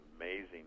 amazing